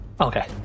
Okay